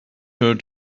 her